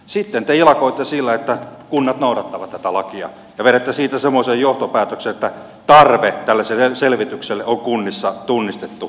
sitten te ilakoitte sillä että kunnat noudattavat tätä lakia ja vedätte siitä semmoisen johtopäätöksen että tarve tällaiselle selvitykselle on kunnissa tunnistettu